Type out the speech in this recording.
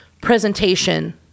presentation